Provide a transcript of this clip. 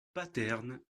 paterne